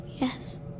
Yes